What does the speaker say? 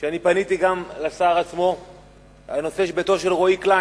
פניתי גם לשר עצמו בנושא ביתו של רועי קליין,